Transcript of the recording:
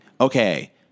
okay